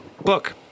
book